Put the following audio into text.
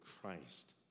Christ